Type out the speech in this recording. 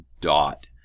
dot